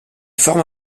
forme